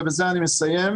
ובזה אני אסיים.